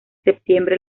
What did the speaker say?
septiembre